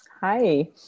Hi